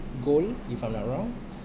gold if I'm not wrong